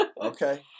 Okay